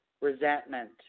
resentment